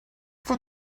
bod